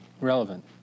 Relevant